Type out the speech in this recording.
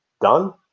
done